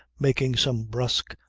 making some brusque,